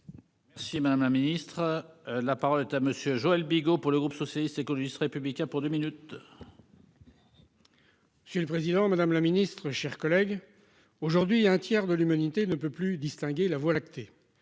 Si madame la ministre. La parole est à monsieur Joël Bigot pour le groupe socialiste, écologiste républicain pour 2 minutes. Monsieur le président, madame la ministre, chers collègues, aujourd'hui un tiers de l'humanité ne peut plus distinguer la voie lactée